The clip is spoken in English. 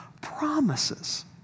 promises